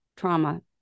trauma